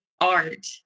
art